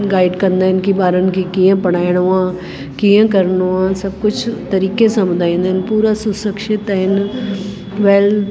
guide कंदा आहिनि की ॿारनि खे कीअं पढ़ाइणो आहे कीअं करिणो आहे सभु कुझु तरीक़े सां ॿुधाईंदा आहिनि पूरा सुशिक्षित आहिनि वैल